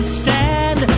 stand